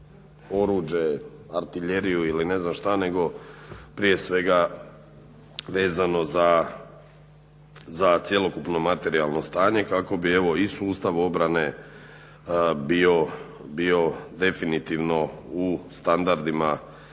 oruđe, artiljeriju ili ne znam što nego prije svega vezano za cjelokupno materijalno stanje kako bi evo i sustav obrane bio definitivno u standardima